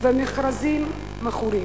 ומכרזים מכורים.